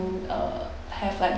uh have like